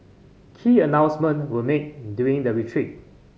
key announcement were made during the retreat